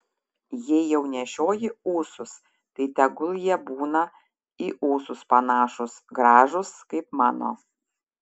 jei jau nešioji ūsus tai tegul jie būna į ūsus panašūs gražūs kaip mano